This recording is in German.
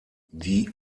die